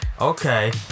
Okay